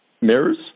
mirrors